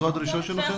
זו הדרישה שלכם?